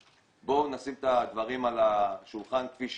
בואו נשים את הדברים על השולחן כפי שהם.